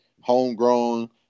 homegrown